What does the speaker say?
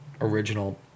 original